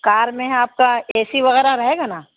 کار میں ہے آپ کا اے سی وغیرہ رہے گا نا